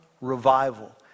revival